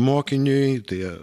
mokiniui tai